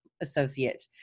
associate